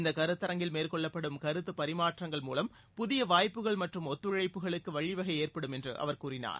இந்தக் கருத்தரங்கில் மேற்கொள்ளப்படும் கருத்து பரிமாற்றங்கள் மூவம் புதிய வாய்ப்புகள் மற்றும் ஒத்துழைப்புகளுக்கு வழிவகை ஏற்படும் என்றும் அவர் கூறினார்